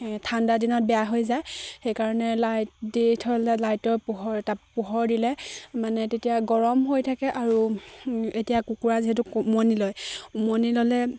ঠাণ্ডা দিনত বেয়া হৈ যায় সেইকাৰণে লাইট দি থলে লাইটৰ পোহৰ তাত পোহৰ দিলে মানে তেতিয়া গৰম হৈ থাকে আৰু এতিয়া কুকুৰা যিহেতু উমনি লয় উমনি ল'লে